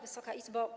Wysoka Izbo!